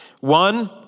One